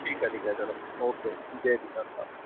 ठीकु आहे ठीकु आहे चलो ओके जय झूलेलाल हा